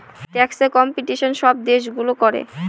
ট্যাক্সে কম্পিটিশন সব দেশগুলো করে